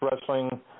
wrestling